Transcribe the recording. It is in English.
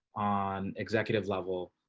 on executive level.